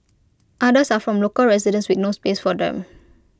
others are from local residents with no space for them